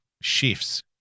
shifts